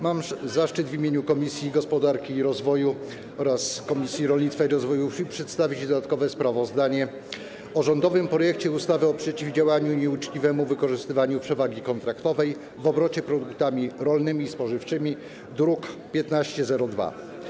Mam zaszczyt w imieniu Komisji Gospodarki i Rozwoju oraz Komisji Rolnictwa i Rozwoju Wsi przedstawić dodatkowe sprawozdanie o rządowym projekcie ustawy o przeciwdziałaniu nieuczciwemu wykorzystywaniu przewagi kontraktowej w obrocie produktami rolnymi i spożywczymi, druk nr 1502.